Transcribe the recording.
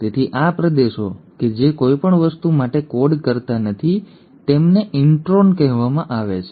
તે છે તેથી આ પ્રદેશો કે જે કોઈ પણ વસ્તુ માટે કોડ કરતા નથી તેમને ઇન્ટ્રોન કહેવામાં આવે છે